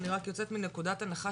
אני רק יוצאת מנקודת הנחה,